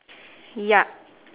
yup